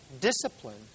discipline